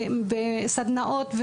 סדנאות,